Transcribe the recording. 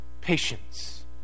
Patience